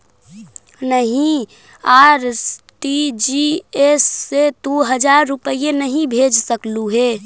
नहीं, आर.टी.जी.एस से तू हजार रुपए नहीं भेज सकलु हे